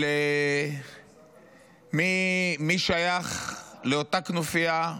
על מי שייך לאותה כנופיה.